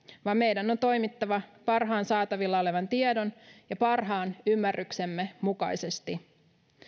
vaan meidän on on toimittava parhaan saatavilla olevan tiedon ja parhaan ymmärryksemme mukaisesti